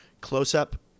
close-up